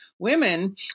women